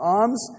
arms